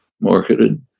marketed